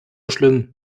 schlimm